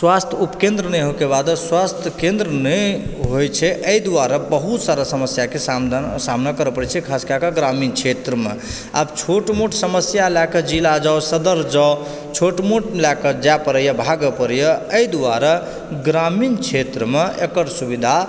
स्वास्थ उपकेन्द्र नहि होइके बादो स्वास्थ केन्द्र नहि होइ छै एहि दुआरे बहुत सारा समस्याके सामना करऽ पड़ै छै खास के कऽ ग्रामीण क्षेत्रमे आब छोट मोट समस्या लय कऽ जिला जाउ सदर जाउ छोटमोट लय कऽ जाय पड़ैया भागऽ पड़ैया एहि दुआरे ग्रामीण क्षेत्र मे एकर सुबिधा